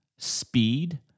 speed